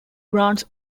grants